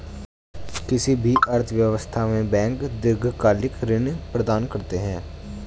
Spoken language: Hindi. किसी भी अर्थव्यवस्था में बैंक दीर्घकालिक ऋण प्रदान करते हैं